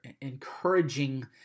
encouraging